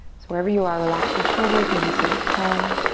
wherever you are, relax your shoulders, maybe sit up tall.